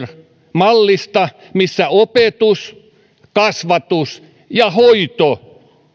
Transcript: mallista missä opetus kasvatus ja hoito